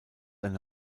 eine